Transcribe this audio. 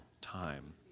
time